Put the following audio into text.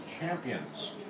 champions